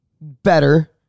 better